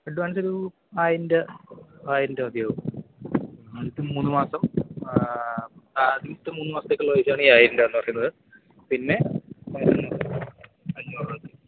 advance ചെയ്തോളൂ ആയിരം രൂപ ആയിരം രൂപ മതിയാകും ആദ്യത്തെ മൂന്നു മാസം ആദ്യത്തെ മൂന്നുമാസത്തേക്കുള്ള പൈസയാണീ ആയിരം രൂപയെന്നു പറയുന്നത് പിന്നെ അഞ്ഞൂറ് രൂപ മതി